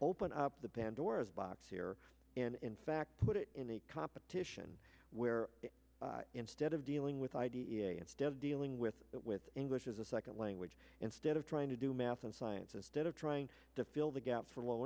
open up the pandora's box here and in fact put it in a competition where instead of dealing with idea instead of dealing with it with english as a second language instead of trying to do math and science instead of trying to fill the gap for low